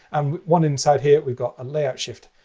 um one inside here, we've got a layout shift.